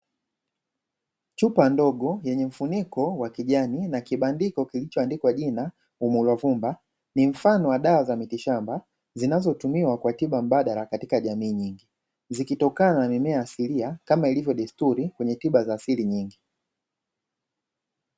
Chupa ndogo yenye mfuniko wa kijani na kibandiko kilichoandikwa jina, Umulavumba, ni mfano wa dawa za mitishamba zinazotumiwa kwa tiba mbadala katika jamii nyingi. Zikitokana na mimea asilia, kama ilivyo desturi kwenye tiba za asili nyingi.